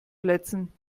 plätzen